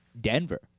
Denver